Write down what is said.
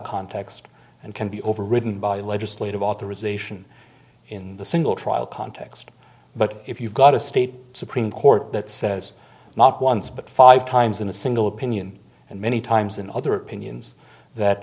context and can be overridden by legislative authorization in the single trial context but if you've got a state supreme court that says not once but five times in a single opinion and many times in other opinions that